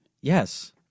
Yes